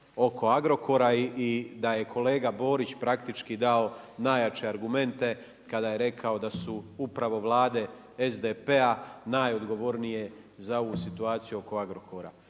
oko Agrokora i da je kolega Borić praktički dao najjače argumente kada je rekao da su upravo vlade SDP-a najodgovornije za ovu situaciju oko Agrokora.